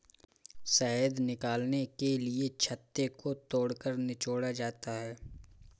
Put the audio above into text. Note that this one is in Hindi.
शहद निकालने के लिए छत्ते को तोड़कर निचोड़ा जाता है